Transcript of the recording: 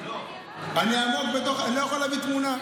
אני עמוק בתוך, אני לא יכול להביא תמונה.